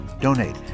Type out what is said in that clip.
donate